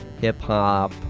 hip-hop